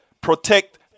protect